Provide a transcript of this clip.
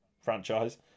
Franchise